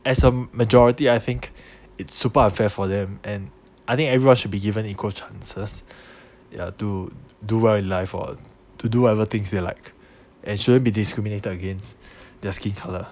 as a majority I think it's super unfair for them and I think everyone should be given equal chances ya to do well in life or to do whatever things they like and shouldn't be discriminated against their skin color